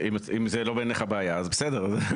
אם בעיניך זאת לא בעיה, בסדר.